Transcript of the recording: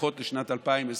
לפחות לשנת 2020,